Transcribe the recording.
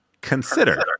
Consider